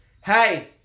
hey